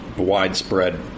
Widespread